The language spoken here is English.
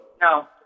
No